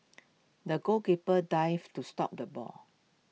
the goalkeeper dived to stop the ball